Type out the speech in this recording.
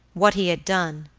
what he had done,